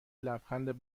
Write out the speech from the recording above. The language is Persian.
لبخند